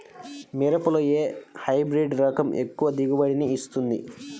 మిరపలో ఏ హైబ్రిడ్ రకం ఎక్కువ దిగుబడిని ఇస్తుంది?